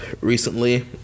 recently